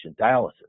dialysis